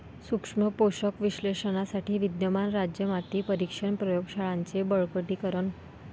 सूक्ष्म पोषक विश्लेषणासाठी विद्यमान राज्य माती परीक्षण प्रयोग शाळांचे बळकटीकरण